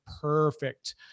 perfect